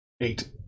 eight